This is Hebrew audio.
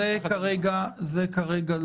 זאת לא